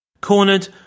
Cornered